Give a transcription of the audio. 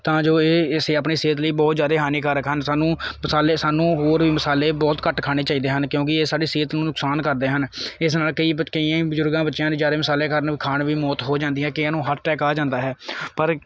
ਤਾਂ ਜੋ ਇਹ ਅਸੀਂ ਆਪਣੀ ਸਿਹਤ ਲਈ ਬਹੁਤ ਜ਼ਿਆਦਾ ਹਾਨੀਕਾਰਕ ਹਨ ਸਾਨੂੰ ਮਸਾਲੇ ਸਾਨੂੰ ਹੋਰ ਵੀ ਮਸਾਲੇ ਬਹੁਤ ਘੱਟ ਖਾਣੇ ਚਾਹੀਦੇ ਹਨ ਕਿਉਂਕਿ ਇਹ ਸਾਡੀ ਸਿਹਤ ਨੂੰ ਨੁਕਸਾਨ ਕਰਦੇ ਹਨ ਇਸ ਨਾਲ ਕਈ ਬਤ ਕਈ ਬਜ਼ੁਰਗਾਂ ਬੱਚਿਆਂ ਦੀ ਜ਼ਿਆਦਾ ਮਸਾਲੇ ਕਾਰਣ ਖਾਣ ਵੀ ਮੌਤ ਹੋ ਜਾਂਦੀ ਹੈ ਕਈਆਂ ਨੂੰ ਹਾਰਟ ਅਟੈਕ ਆ ਜਾਂਦਾ ਹੈ ਪਰ